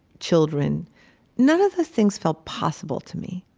children none of the things felt possible to me.